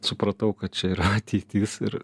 supratau kad čia yra ateitis ir